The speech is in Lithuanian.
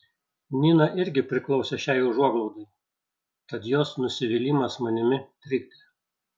nina irgi priklausė šiai užuoglaudai tad jos nusivylimas manimi trikdė